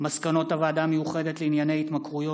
מסקנות הוועדה המיוחדת לזכויות